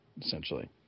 essentially